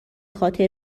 خاطر